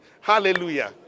Hallelujah